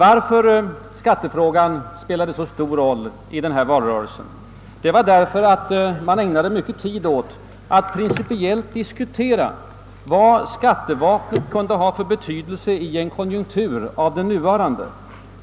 Att skattefrågan spelade så stor roll i valrörelsen berodde på att vi ägnade mycken tid åt att principiellt diskutera vilken effekt skattevapnet kan ha i en konjunktur som den nuvarande.